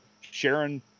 Sharon